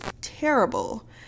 terrible